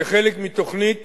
כחלק מתוכנית